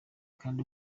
kandi